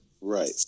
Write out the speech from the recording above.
right